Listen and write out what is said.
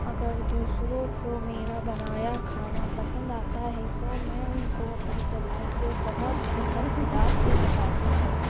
اگر دوسروں کو میرا بنایا کھانا پسند آتا ہے تو میں ان کو اپنی ترکیبیں بہت ہی تفصیلات سے بتاتی ہوں